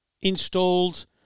installed